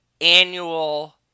annual